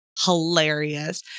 hilarious